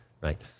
Right